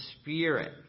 Spirit